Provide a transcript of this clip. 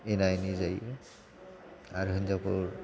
एना एनि जायो आरो हिनजावफोर